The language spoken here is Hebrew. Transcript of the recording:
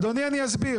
אדוני, אני אסביר.